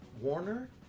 Warner